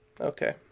Okay